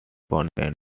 contains